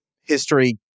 history